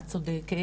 את צודקת,